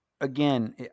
again